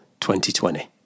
2020